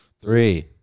Three